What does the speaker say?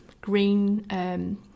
green